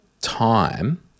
time